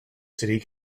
city